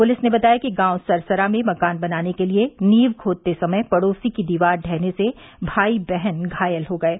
police ने बताया कि गांव सरसरा में मकान बनाने के लिए नींव खोदते समय पड़ोसी की दीवार ढहने से भाई बहन घायल हो गये